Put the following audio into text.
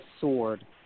sword